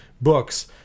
books